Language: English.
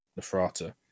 Nefrata